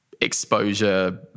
exposure